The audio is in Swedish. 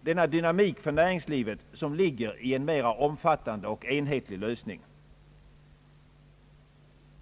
den dynamik för näringslivet som ligger i en mera om fattande och enhetlig lösning.